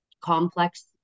complex